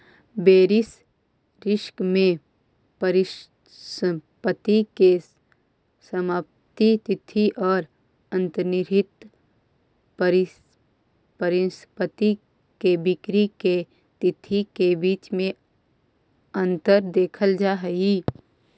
basis risk में परिसंपत्ति के समाप्ति तिथि औ अंतर्निहित परिसंपत्ति के बिक्री के तिथि के बीच में अंतर देखल जा हई